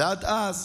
ועד אז,